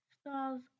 Stars